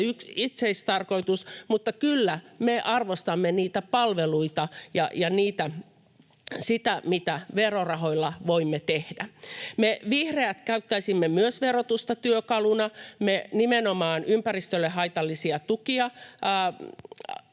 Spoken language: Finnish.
ole itseistarkoitus, mutta kyllä me arvostamme niitä palveluita ja sitä, mitä verorahoilla voimme tehdä. Me vihreät käyttäisimme myös verotusta työkaluna. Me nimenomaan ympäristölle haitallisia tukia myös